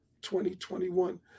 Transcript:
2021